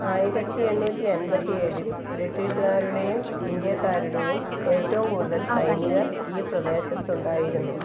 ആയിരത്തി എണ്ണൂറ്റി അൻപത്തി ഏഴിൽ ബ്രിട്ടീഷുകാരുടെയും ഇൻഡ്യക്കാരുടെയും ഏറ്റവും കൂടുതൽ സൈനികർ ഈ പ്രദേശത്തുണ്ടായിരുന്നു